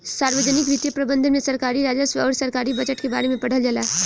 सार्वजनिक वित्तीय प्रबंधन में सरकारी राजस्व अउर सरकारी बजट के बारे में पढ़ल जाला